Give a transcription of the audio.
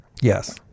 Yes